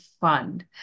Fund